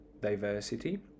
diversity